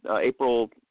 April